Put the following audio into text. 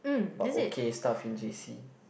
but okay stuff in J_C